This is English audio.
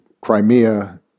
Crimea